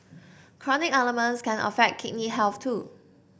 chronic ailments can affect kidney health too